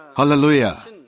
Hallelujah